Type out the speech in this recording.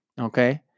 okay